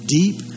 deep